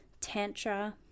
tantra